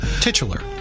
Titular